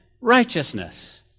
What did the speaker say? righteousness